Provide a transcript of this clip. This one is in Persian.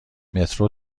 مترو